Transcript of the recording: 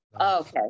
okay